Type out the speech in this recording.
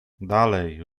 dalej